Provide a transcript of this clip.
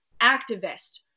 activist